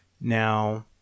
now